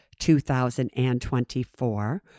2024